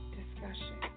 discussion